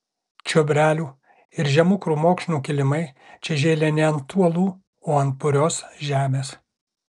čiobrelių ir žemų krūmokšnių kilimai čia žėlė ne ant uolų o ant purios žemės